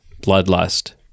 bloodlust